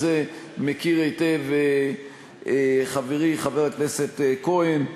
את זה מכיר היטב חברי חבר הכנסת כהן.